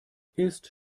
ist